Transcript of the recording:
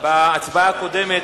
בהצבעה הקודמת